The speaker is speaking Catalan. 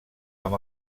amb